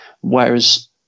whereas